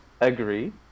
agree